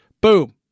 Boom